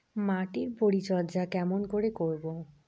মাটির পরিচর্যা কেমন করে করব?